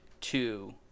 two